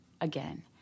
again